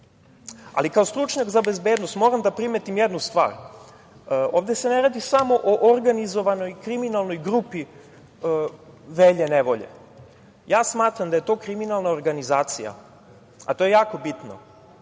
Ali kao stručnjak za bezbednost moram da primetim jednu stvar, ovde se ne radi samo o organizovanoj kriminalnoj grupi Velje Nevolje. Smatram da je to kriminalna organizacija. To je jako bitno,